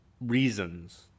reasons